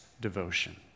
devotion